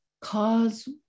cause